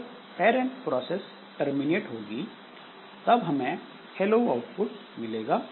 जब parent process terminate होगी तब हमें हेलो आउटपुट मिलेगा